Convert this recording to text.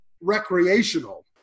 recreational